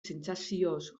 sentsazioz